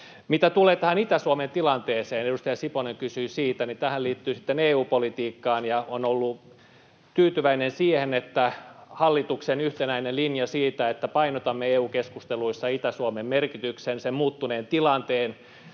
Mitä tulee tähän Itä-Suomen tilanteeseen, edustaja Siponen kysyi siitä, niin tämähän liittyy sitten EU-politiikkaan. Olen ollut tyytyväinen siihen, että on hallituksen yhtenäinen linja siitä, että painotamme EU-keskusteluissa Itä-Suomen merkitystä, sen muuttunutta tilannetta,